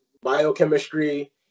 biochemistry